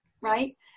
Right